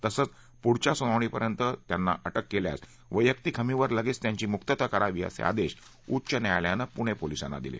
तसंच पुढच्या सुनावणीपर्यंत त्यांना अटक केल्यास वद्यक्तीक हमीवर लगेच त्यांची मुक्तता करावी असे आदेश उच्च न्यायलयानं पुणे पोलिसांना दिले